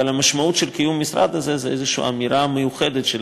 אבל המשמעות של קיום המשרד הזה היא איזושהי אמירה מיוחדת של